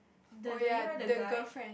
the the you know the guy